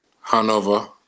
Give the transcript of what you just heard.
Hanover